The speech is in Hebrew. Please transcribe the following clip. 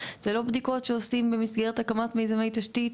זה לא בדיקות שעושים במסגרת הקמת מיזמי תשתית,